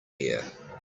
here